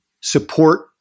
support